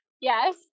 yes